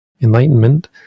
enlightenment